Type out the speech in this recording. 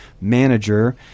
Manager